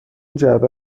جعبه